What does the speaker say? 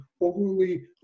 overly